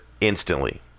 instantly